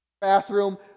bathroom